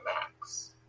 max